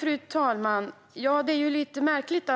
Fru talman! Det är lite märkligt.